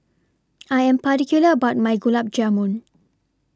I Am particular about My Gulab Jamun